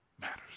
matters